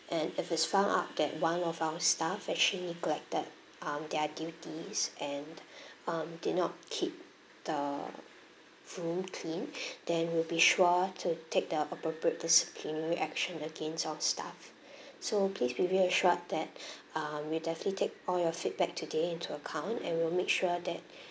and if it's found that one of our staff actually neglect that um their duties and um did not keep the room clean then we'll be sure to take the appropriate disciplinary action against our staff so please be reassured that um we'll definitely take all your feedback today into account and we'll make sure that